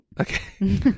okay